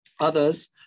Others